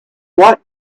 what